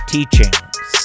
teachings